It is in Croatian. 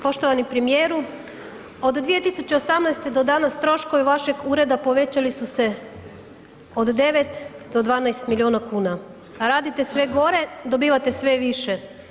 Poštovani premijeru, od 2018. do danas troškovi vašeg ureda povećali su se od 9 do 12 milijuna kuna, radite sve gore, dobivate sve više.